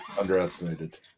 underestimated